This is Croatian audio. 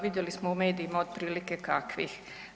Vidjeli smo u medijima otprilike kakvih.